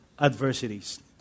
adversities